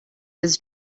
his